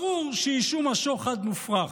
ברור שאישום השוחד מופרך.